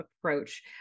approach